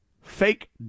fake